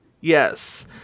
Yes